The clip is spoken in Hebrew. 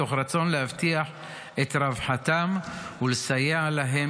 מתוך רצון להבטיח את רווחתם ולסייע להם